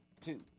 two